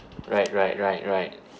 right right right right